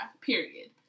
period